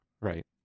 right